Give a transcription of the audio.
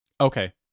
Okay